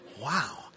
wow